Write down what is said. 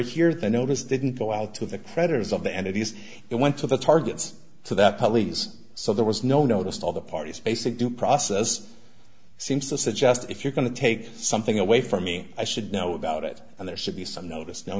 here the notice didn't go out to the creditors of the end of these it went to the targets so that police so there was no noticed all the parties basic due process seems to suggest if you're going to take something away from me i should know about it and there should be some notice no